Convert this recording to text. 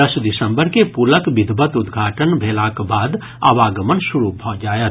दस दिसंबर के पुलक विधिवत उद्घाटन भेलाक बाद आवागमन शुरू भऽ जायत